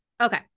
Okay